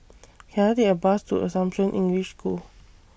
Can I Take A Bus to Assumption English School